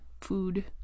food